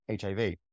HIV